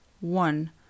one